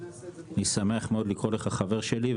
אני שמח מאוד לקרוא לך חבר שלי,